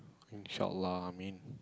lah I mean